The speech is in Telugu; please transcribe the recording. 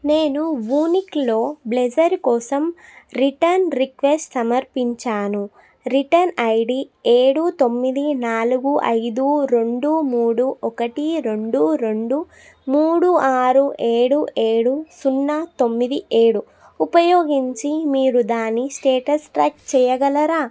నేను వూనిక్లో బ్లెజర్ కోసం రిటర్న్ రిక్వెస్ట్ సమర్పించాను రిటర్న్ ఐడీ ఏడు తొమ్మిది నాలుగు ఐదు రొండు మూడు ఒకటి రొండు రొండు మూడు ఆరు ఏడు ఏడు సున్నా తొమ్మిది ఏడు ఉపయోగించి మీరు దాని స్టేటస్ ట్రాక్ చేయగలరా